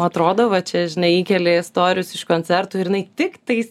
atrodo va čia žinai įkeli storius iš koncertų ir jinai tiktais